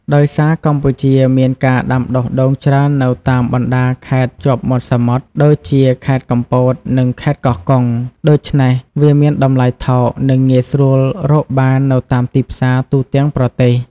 ដោយសារកម្ពុជាមានការដាំដុះដូងច្រើននៅតាមបណ្តាខេត្តជាប់មាត់សមុទ្រ ដូចជា ខេត្តកំពត និងខេត្តកោះកុង ដូច្នេះវាមានតម្លៃថោក និងងាយស្រួលរកបាននៅតាមទីផ្សារទូទាំងប្រទេស។